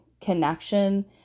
connection